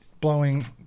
blowing